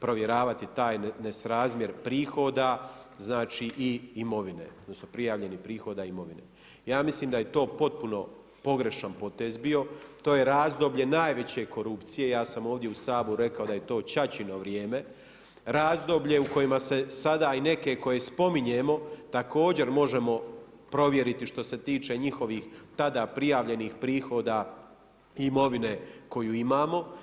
provjeravati taj nesrazmjer prijavljenih prihoda i imovine Ja mislim da je to potpuno pogrešan potez bio, to je razdoblje najveće korupcije, ja sam ovdje u Saboru rekao da je to Ćaćino vrijeme, razdoblje u kojima se sada i neke koje spominjemo također možemo provjeriti što se tiče njihovih tada prijavljenih prihoda imovine koju imamo.